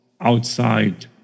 outside